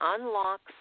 unlocks